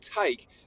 take